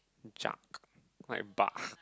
jach like bark